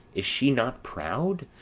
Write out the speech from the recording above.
is she not proud?